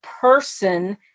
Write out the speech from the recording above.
person